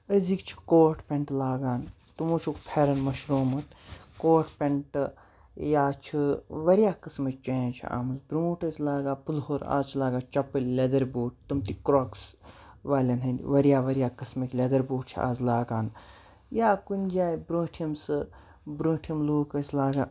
أزِکۍ چھِ coat pant لاگان تِمو چھُکھ پھیرن مٔشروومُت کوٹھ پینٹہٕ یا چھ واریاہ قٔسمٕچ چینج چھِ آمٕژ برونٹھ ٲسۍ لاگان پُلہور آز چھِ لاگان چیپٔلۍ لیدر بوٗٹھ تِم تہِ کروکٔس والین ۂندۍ واریاہ واریاہ قٔسمٕکۍ لیدر بوٗٹھ چھِ آز لاگان یا کُنہِ جایہِ برٛوٗنٛٹھِم سُہ برٛوٗنٛٹھِم لوٗکھ ٲسۍ لاگان